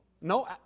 no